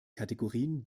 kategorien